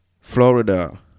Florida